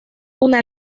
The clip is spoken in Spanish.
una